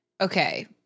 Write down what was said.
Okay